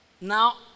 Now